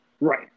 Right